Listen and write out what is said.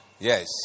Yes